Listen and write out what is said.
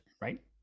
Right